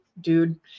dude